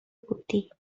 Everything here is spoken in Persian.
بودی